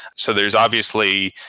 so there's obviously,